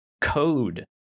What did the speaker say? code